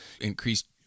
increased